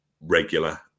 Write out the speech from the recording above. regular